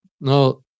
No